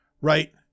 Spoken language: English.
right